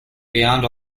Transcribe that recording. beyond